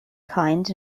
kind